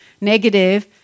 negative